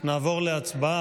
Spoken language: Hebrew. נעבור להצבעה.